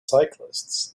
cyclists